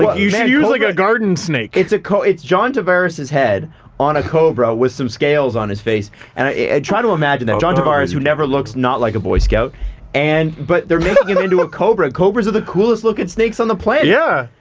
but you should use like a garden snake. it's a co it's john tavares his head on a cobra with some scales on his face and i try to imagine that john tavares who never looks not like a boy scout and but they're making into a cobra. cobras are the coolest looking snakes on the planet. yeah,